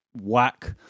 whack